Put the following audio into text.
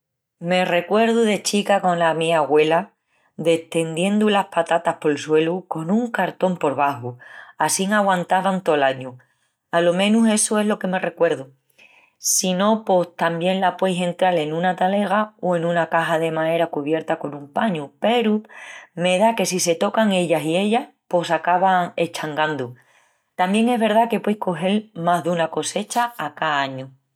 Me recuerdu de chica cona ami agüela, destendiendu las patatas pol suelu con un cartón por baxu, assín aguantavan tol añu, o alo menus essu es lo que me recuerdu. Si no pos tamién las pueis entral en una talega o en una caxa de maera cubierta con un pañu peru me da que si se tocan ellas i ellas pos s'acaban eschangandu. Tamién es verdá que pueis cogel más duna cogecha a ca añu.